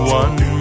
one